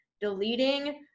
deleting